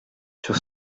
sur